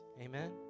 Amen